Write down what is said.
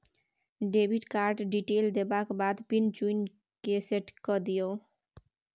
debit card detail देबाक बाद pin चुनि कए सेट कए दियौ